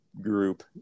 group